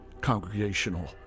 congregational